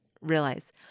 realize